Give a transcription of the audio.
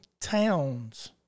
towns